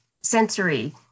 sensory